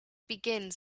begins